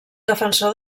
defensor